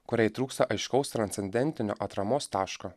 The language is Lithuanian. kuriai trūksta aiškaus transcendentinio atramos taško